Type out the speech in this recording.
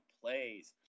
plays